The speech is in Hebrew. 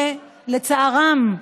כשלצערם,